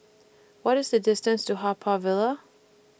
What IS The distance to Haw Par Villa